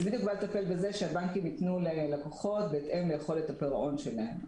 זה בדיוק בא לטפל בזה שבנקים יתנו ללקוחות בהתאם ליכולת הפירעון שלהם.